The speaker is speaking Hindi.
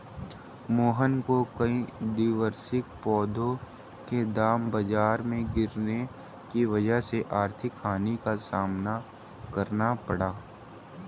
मोहन को कई द्विवार्षिक पौधों के दाम बाजार में गिरने की वजह से आर्थिक हानि का सामना करना पड़ा